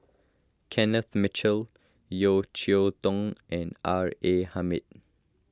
Kenneth Mitchell Yeo Cheow Tong and R A Hamid